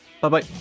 Bye-bye